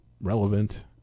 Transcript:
relevant –